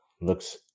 Looks